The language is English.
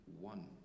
one